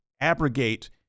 abrogate